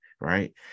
right